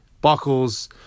buckles